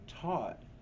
taught